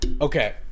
okay